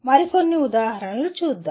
మరికొన్ని ఉదాహరణలు చూద్దాం